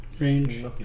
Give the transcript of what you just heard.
range